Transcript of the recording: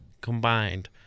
combined